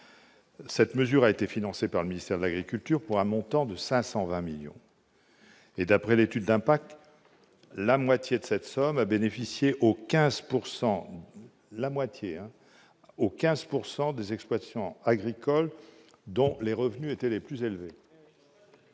Cette mesure a été financée par le ministère de l'agriculture, pour un montant de 520 millions d'euros. D'après l'étude d'impact, la moitié de cette somme, j'y insiste, a bénéficié aux 15 % des exploitants agricoles dont les revenus sont les plus élevés.